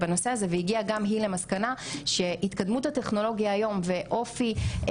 ולא יודעים לתת את המענה ההולם למציאות שאנחנו מתמודדות איתה.